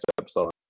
episode